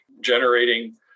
generating